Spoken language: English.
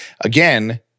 again